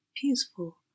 peaceful